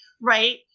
Right